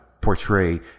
portray